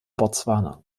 botswana